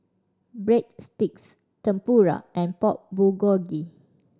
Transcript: Breadsticks Tempura and Pork Bulgogi